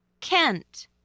Kent